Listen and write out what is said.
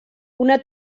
una